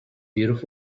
beautiful